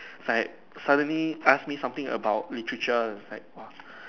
like suddenly ask me something about literature is like what